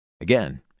Again